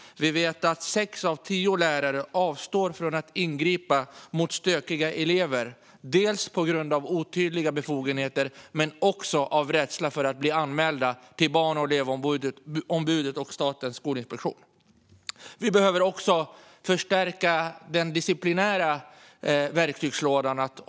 Vi vet att sex av tio lärare avstår från att ingripa mot stökiga elever. Det är på grund av otydliga befogenheter men också av rädsla för att bli anmälda till Barn och elevombudet och Statens skolinspektion. Vi behöver också förstärka den disciplinära verktygslådan.